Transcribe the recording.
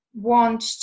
want